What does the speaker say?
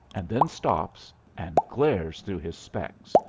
and then stops and glares through his specs,